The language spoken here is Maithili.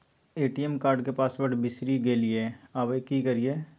ए.टी.एम कार्ड के पासवर्ड बिसरि गेलियै आबय की करियै?